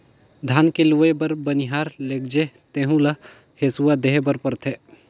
धान के लूवई बर बनिहार लेगजे तेहु ल हेसुवा देहे बर परथे